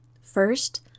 First